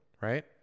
right